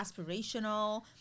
aspirational